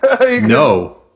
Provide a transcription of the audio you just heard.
No